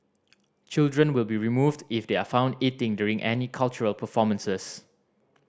children will be removed if they are found eating during any cultural performances